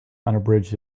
unabridged